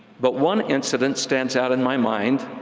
but one incident stands out in my mind.